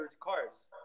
cars